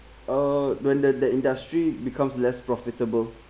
uh when the the industry becomes less profitable